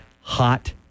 hot